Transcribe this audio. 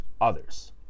others